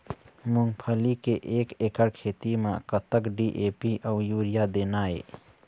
मूंगफली के एक एकड़ खेती म कतक डी.ए.पी अउ यूरिया देना ये?